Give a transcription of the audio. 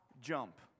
jump